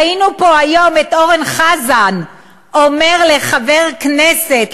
ראינו פה היום את אורן חזן אומר לחבר כנסת,